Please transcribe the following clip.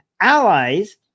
allies